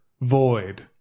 void